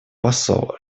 посол